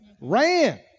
ran